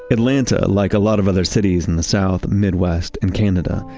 atlanta, like a lot of other cities in the south, midwest and canada,